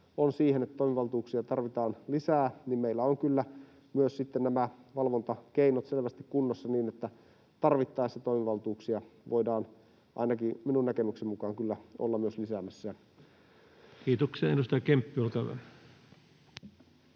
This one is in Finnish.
siihen, että toimivaltuuksia tarvitaan lisää, niin meillä on kyllä myös sitten nämä valvontakeinot selvästi kunnossa niin, että tarvittaessa toimivaltuuksia voidaan ainakin minun näkemykseni mukaan kyllä olla myös lisäämässä. Kiitoksia. — Edustaja Kemppi, olkaa hyvä.